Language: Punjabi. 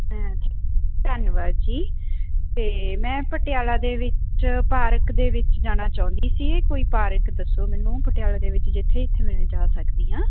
ਧੰਨਵਾਦ ਜੀ ਅਤੇ ਮੈਂ ਪਟਿਆਲਾ ਦੇ ਵਿੱਚ ਪਾਰਕ ਦੇ ਵਿੱਚ ਜਾਣਾ ਚਾਹੁੰਦੀ ਸੀ ਕੋਈ ਪਾਰਕ ਦੱਸੋ ਮੈਨੂੰ ਪਟਿਆਲੇ ਦੇ ਵਿੱਚ ਜਿੱਥੇ ਕਿ ਮੈਂ ਜਾ ਸਕਦੀ ਹਾਂ